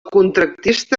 contractista